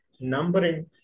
numbering